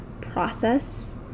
process